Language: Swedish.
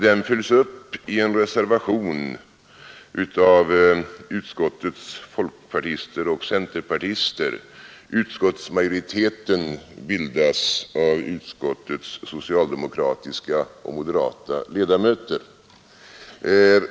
Den fö utskottets folkpartister och centerpartister. Utskottsmajoriteten bildas av de socialdemokratiska och moderata ledamöterna.